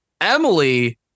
Emily